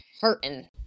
hurting